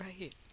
right